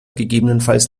gegebenenfalls